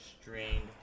Strained